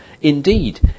Indeed